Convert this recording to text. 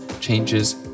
changes